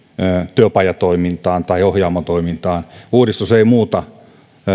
työpajatoimintaan tai ohjaamo toimintaan uudistus ei muuta